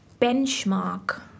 benchmark